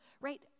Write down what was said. right